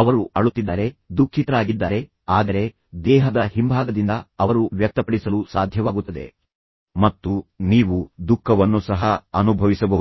ಅವರು ಅಳುತ್ತಿದ್ದಾರೆ ದುಃಖಿತರಾಗಿದ್ದಾರೆ ಆದರೆ ದೇಹದ ಹಿಂಭಾಗದಿಂದ ಅವರು ವ್ಯಕ್ತಪಡಿಸಲು ಸಾಧ್ಯವಾಗುತ್ತದೆ ಮತ್ತು ನೀವು ದುಃಖವನ್ನು ಸಹ ಅನುಭವಿಸಬಹುದು